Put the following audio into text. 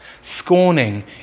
scorning